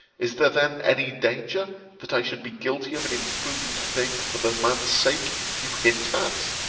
is there then any danger that i should be guilty of an imprudent thing for the man's sake you hint at?